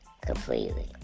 completely